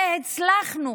והצלחנו